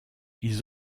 ils